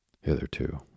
Hitherto